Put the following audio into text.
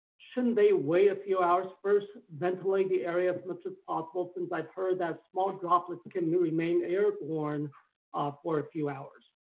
shouldn't they wait a few hours first, ventilate the area as much as possible? since i've heard that small droplets can remain airborne ah for a few hours.